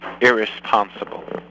irresponsible